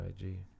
ig